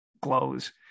glows